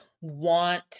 want